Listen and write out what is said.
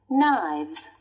knives